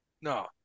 No